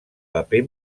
paper